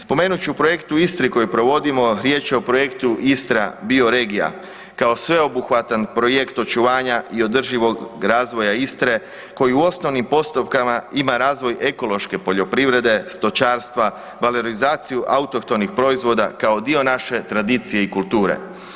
Spomenut ću projekt u Istri koji provodimo, riječ je o projektu „Istra bioregija“ kao sveobuhvatan projekt očuvanja i održivog razvoja Istre koji u osnovnim postupkama ima razvoj ekološke poljoprivrede, stočarstva, valorizaciju autohtonih proizvoda kao dio naše tradicije i kulture.